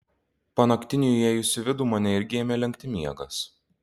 panaktiniui įėjus į vidų mane irgi ėmė lenkti miegas